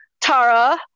Tara